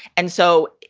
and so.